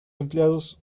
empleados